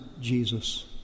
Jesus